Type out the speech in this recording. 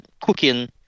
cooking